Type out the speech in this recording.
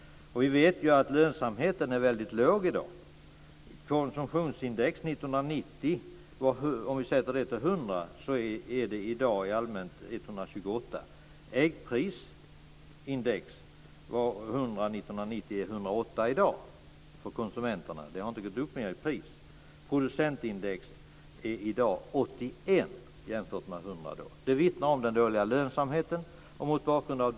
Vi vet att lönsamheten i dag är väldigt låg. Om vi sätter konsumtionsindex 1990 till 100, är det i dag i allmänhet 128. Om äggprisindex var 100 år 1990 är det 108 för konsumenterna i dag. Priset har inte gått upp mer. Motsvarande producentindex är i dag 81. Det vittnar om den dåliga lönsamheten.